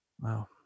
Wow